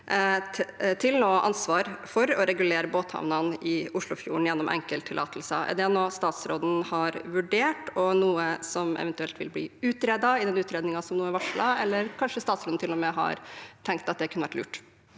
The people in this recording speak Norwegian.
for å regulere båthavnene i Oslofjorden gjennom enkelttillatelser. Er det noe statsråden har vurdert og noe som eventuelt vil bli utredet i den utredningen som nå er varslet? Eller kanskje statsråden til og med har tenkt at det kunne vært lurt?